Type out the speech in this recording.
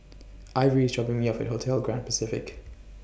Ivory IS dropping Me off At Hotel Grand Pacific